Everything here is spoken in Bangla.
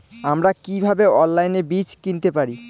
আমরা কীভাবে অনলাইনে বীজ কিনতে পারি?